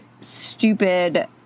stupid